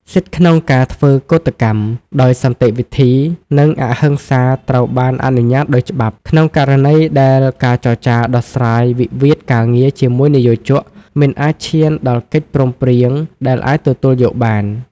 សិទ្ធិក្នុងការធ្វើកូដកម្មដោយសន្តិវិធី និងអហិង្សាត្រូវបានអនុញ្ញាតដោយច្បាប់ ក្នុងករណីដែលការចរចាដោះស្រាយវិវាទការងារជាមួយនិយោជកមិនអាចឈានដល់កិច្ចព្រមព្រៀងដែលអាចទទួលយកបាន។